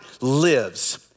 lives